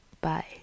Bye